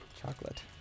Chocolate